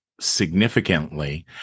significantly